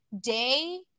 Day